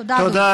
תודה, אדוני.